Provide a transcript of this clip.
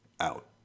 out